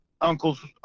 uncles